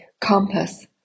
compass